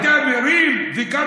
אתה מרים וגם